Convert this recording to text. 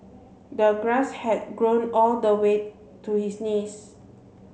the grass had grown all the way to his knees